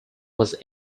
was